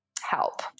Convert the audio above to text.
help